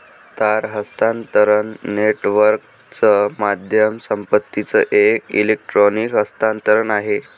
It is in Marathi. तार हस्तांतरण नेटवर्कच माध्यम संपत्तीचं एक इलेक्ट्रॉनिक हस्तांतरण आहे